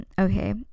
okay